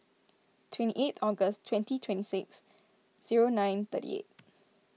twenty eighth August twenty twenty six zero nine thirty eight